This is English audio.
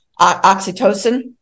oxytocin